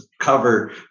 cover